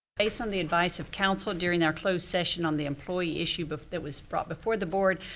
based on the advice of counsel during our closed session on the employee issue but that was brought before the board,